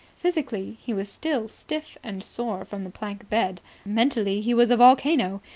physically, he was still stiff and sore from the plank bed. mentally, he was a volcano.